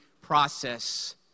process